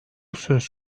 söz